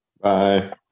Bye